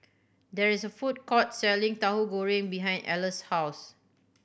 there is a food court selling Tahu Goreng behind Ellar's house